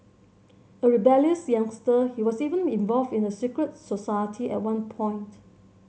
a rebellious youngster he was even involved in a secret society at one point